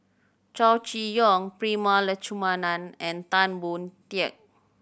Chow Chee Yong Prema Letchumanan and Tan Boon Teik